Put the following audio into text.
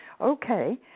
Okay